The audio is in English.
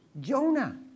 Jonah